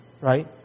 Right